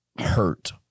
hurt